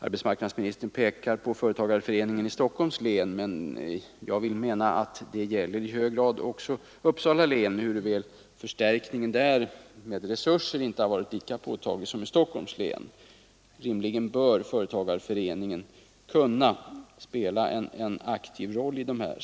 Arbetsmarknadsministern pekade på företagarföreningen i Stockholms län. Vad han därvid sade gäller i hög grad också företagarföreningen i Uppsala län, ehuru resursförstärkningen där inte varit lika påtaglig som i Stockholms län.